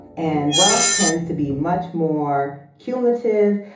and wealth tends to be much more cumulative.